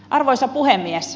arvoisa puhemies